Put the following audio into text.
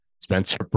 Spencer